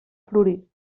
florir